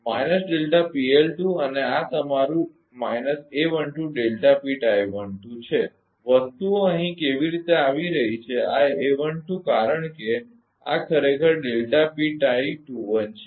અને આ તમારું છે વસ્તુઓ અહીં કેવી રીતે આવી રહી છે આ કારણ કે આ ખરેખર છે